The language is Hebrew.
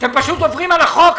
אתם פשוט עוברים על החוק.